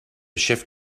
shift